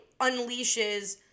unleashes